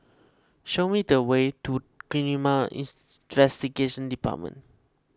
show me the way to Department